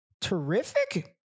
Terrific